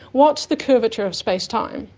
what's the curvature of space time?